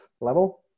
level